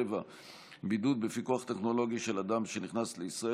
(בידוד בפיקוח טכנולוגי של אדם שנכנס לישראל),